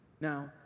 Now